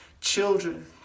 children